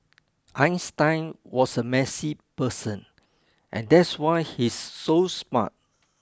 Einstein was a messy person and that's why he's so smart